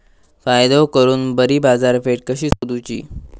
फायदो करून बरी बाजारपेठ कशी सोदुची?